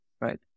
right